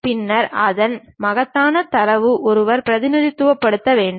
பின்னர் அதன் மகத்தான தரவு ஒருவர் பிரதிநிதித்துவப்படுத்த வேண்டும்